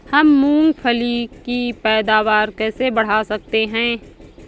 हम मूंगफली की पैदावार कैसे बढ़ा सकते हैं?